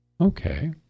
Okay